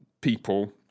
people